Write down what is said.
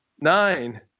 Nine